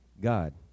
God